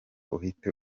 uhite